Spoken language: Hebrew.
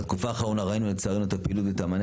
בתקופה האחרונה ראינו לצערנו את הפעילות ואת המענה